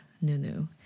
Nunu